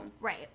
Right